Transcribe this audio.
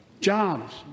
jobs